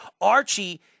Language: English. Archie